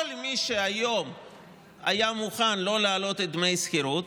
כל מי שהיום היה מוכן לא להעלות את דמי השכירות,